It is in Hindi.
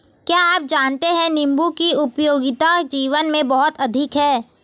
क्या आप जानते है नीबू की उपयोगिता जीवन में बहुत अधिक है